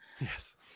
Yes